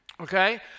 Okay